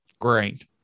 great